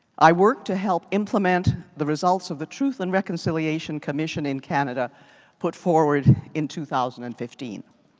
i work to help implement the results of the truth and reckon sillation commission in canada put forward in two thousand and fifteen.